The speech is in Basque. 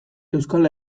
euskal